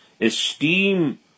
Esteem